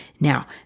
Now